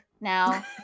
now